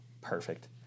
Perfect